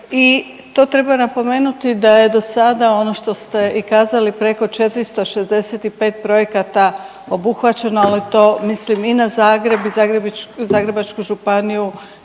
i to treba napomenuti da je do sada ono što ste i kazali preko 465 projekata obuhvaćeno ali to mislim i na Zagreb i Zagrebačku županiju